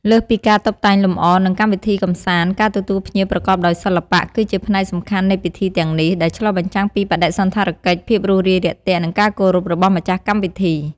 លើសពីការតុបតែងលម្អ និងកម្មវិធីកម្សាន្ត ការទទួលភ្ញៀវប្រកបដោយសិល្បៈ គឺជាផ្នែកសំខាន់នៃពិធីទាំងនេះ ដែលឆ្លុះបញ្ចាំងពីបដិសណ្ឋារកិច្ច ភាពរួសរាយរាក់ទាក់ និងការគោរពរបស់ម្ចាស់កម្មវិធី។